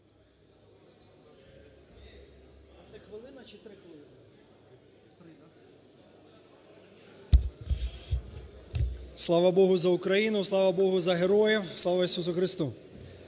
Слава Богу за Україну! Слава Богу за героїв! Слава Ісусу Христу!